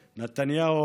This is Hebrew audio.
נתניהו.